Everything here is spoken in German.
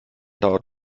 dauert